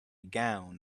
gown